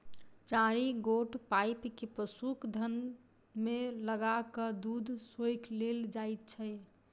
चारि गोट पाइप के पशुक थन मे लगा क दूध सोइख लेल जाइत छै